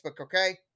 okay